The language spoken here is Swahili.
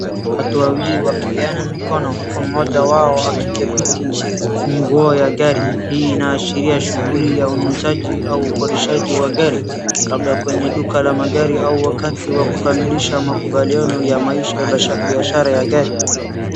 Watu wawili wakipeana mikono huku mmoja wao akidhabiti funguo ya gari. Hii inaashiria shughuli ya ununuzaji au ukodeshaji wa gari labda kwenye duka la magari au wakati wa kukamilisha makubaliano ya maisha biashara ya magari.